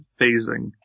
phasing